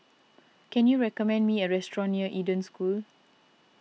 can you recommend me a restaurant near Eden School